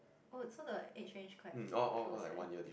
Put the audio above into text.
oh so the age range quite close eh